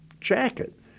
jacket